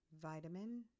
Vitamin